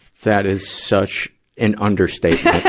that is such an understatement.